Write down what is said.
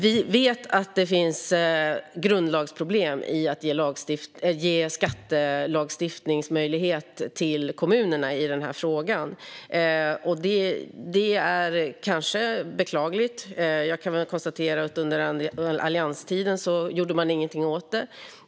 Vi vet att det finns grundlagsproblem i att ge skattelagstiftningsmöjligheter till kommunerna i den här frågan. Det är kanske beklagligt. Jag kan väl konstatera att man under allianstiden inte gjorde någonting åt det.